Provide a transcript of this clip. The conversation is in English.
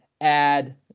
add